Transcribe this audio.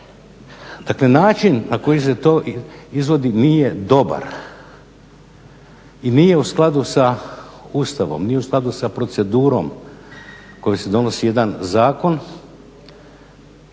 Dakle način na koji se to izvodi nije dobar i nije u skladu sa Ustavom, nije u skladu sa procedurom kojom se donosi jedan zakon.